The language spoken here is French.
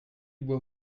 boit